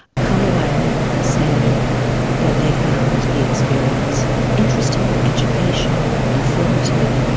come away saying that they found the experience interesting, educational, informative,